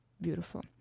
beautiful